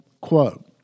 quote